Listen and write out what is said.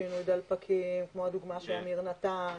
שינוי דלפקים כמו הדוגמה שעמיר נתן,